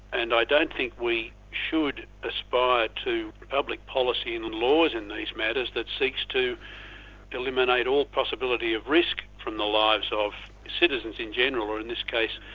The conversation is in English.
and i don't think we should aspire to public policy and laws in these matters that seeks to eliminate all possibility of risk from the lives of citizens in general or in this case,